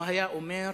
בהם הוא היה אומר: